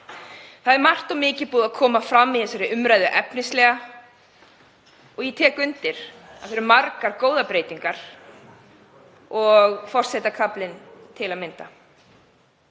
Það er margt og mikið búið að koma fram í þessari umræðu efnislega og ég tek undir að það eru margar góðar breytingar, til að mynda